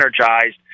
energized